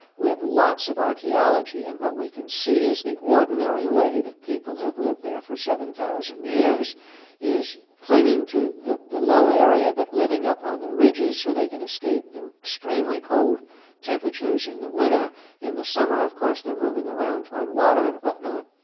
we have lots of archaeology, and what we can see is the ordinary way that people have lived there for seven thousand years is clinging to the the low area but living up on the ridges so they can escape the extremely cold temperatures in the winter, and in the summer of course they're moving around towards water and whatnot.